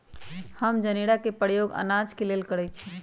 हम जनेरा के प्रयोग अनाज के लेल करइछि